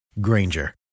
Granger